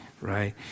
right